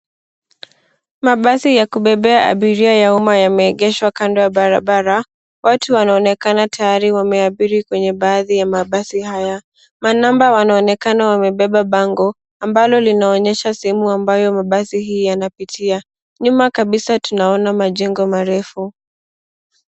Mabasi ya kubebea abiria ya umma yameegeshwa kando ya barabara. Watu wanaonekana tayari wameabiri kwenye baadhi ya mabasi haya. Manamba wanaonekana wamebeba bango ambalo linaonyesha sehemu ambayo mabasi hii yanapitia. Nyuma kabisa tunaona majengo marefu.